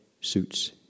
suits